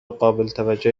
قابلتوجه